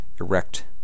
erect